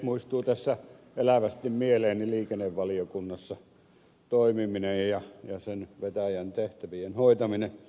muistuu tässä elävästi mieleeni liikennevaliokunnassa toimiminen ja sen vetäjän tehtävien hoitaminen